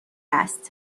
است